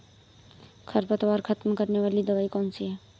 खरपतवार खत्म करने वाली दवाई कौन सी है?